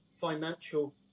financial